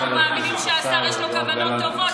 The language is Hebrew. אנחנו מאמינים שלשר יש כוונות טובות,